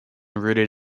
rooted